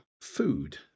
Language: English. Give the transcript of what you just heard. food